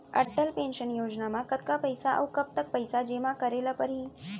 Atal pension योजना म कतका पइसा, अऊ कब तक पइसा जेमा करे ल परही?